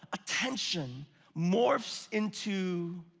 attention morphs into,